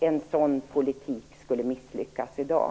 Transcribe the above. En sådan politik skulle misslyckas i dag.